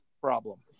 problem